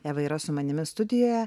eva yra su manimi studijoje